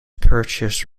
purchased